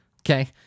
okay